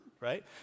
Right